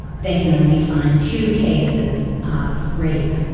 they can only find two cases of rape.